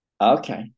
Okay